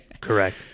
Correct